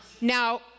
Now